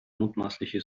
mutmaßliche